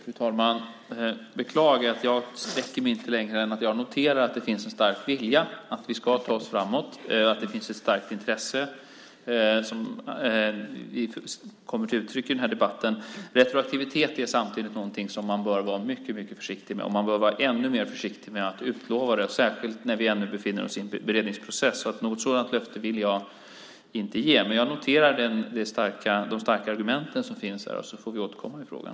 Fru talman! Jag får beklaga att jag inte sträcker mig längre än att jag noterar att det finns en stark vilja att vi ska ta oss framåt, att det finns ett starkt intresse, som kommit till uttryck i den här debatten. Retroaktivitet i det här sammanhanget är någonting som man bör vara mycket försiktig med. Man behöver vara ännu mer försiktig med att utlova det, särskilt nu när vi ännu befinner oss i en beredningsprocess. Något sådant löfte vill jag inte ge, men jag noterar de starka argumenten. Vi får återkomma i frågan.